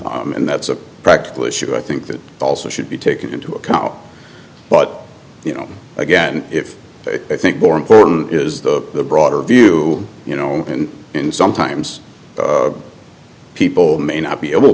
filed and that's a practical issue i think that also should be taken into account but you know again if i think more important is the broader view you know in sometimes people may not be able